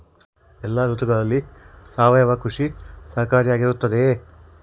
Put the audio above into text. ಎಲ್ಲ ಋತುಗಳಲ್ಲಿ ಸಾವಯವ ಕೃಷಿ ಸಹಕಾರಿಯಾಗಿರುತ್ತದೆಯೇ?